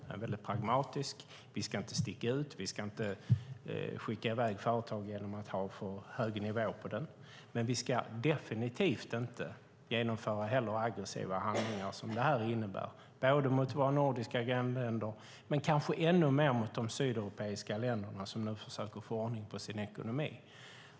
Jag är pragmatisk. Sverige ska inte sticka ut. Vi ska inte skicka i väg företag genom att ha för hög nivå på skatten. Men vi ska definitivt inte heller genomföra sådana aggressiva handlingar som detta innebär både mot våra nordiska länder och - och kanske ännu mer - mot de sydeuropeiska länderna, som nu försöker få ordning på sin ekonomi.